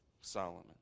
Solomon